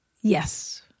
Yes